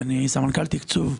סמנכ"ל תקצוב,